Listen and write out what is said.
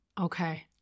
Okay